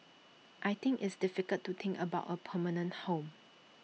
I think it's difficult to think about A permanent home